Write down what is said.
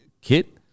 kit